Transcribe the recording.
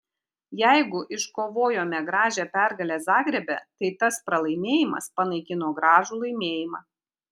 jeigu iškovojome gražią pergalę zagrebe tai tas pralaimėjimas panaikino gražų laimėjimą